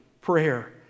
prayer